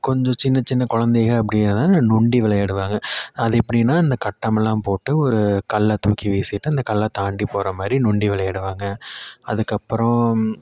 கொஞ்சம் சின்ன சின்ன குழந்தைகள் அப்படி எல்லாம் நொண்டி விளையாடுவாங்க அது எப்படினா இந்த கட்டமெல்லாம் போட்டு ஒரு கல்லை தூக்கி வீசிவிட்டு அந்த கல்லை தாண்டி போறமாதிரி நொண்டி விளையாடுவாங்க அதுக்கப்புறம்